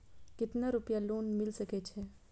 केतना रूपया लोन मिल सके छै?